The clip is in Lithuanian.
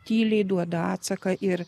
tyliai duoda atsaką ir